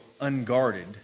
unguarded